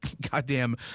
goddamn